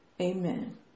Amen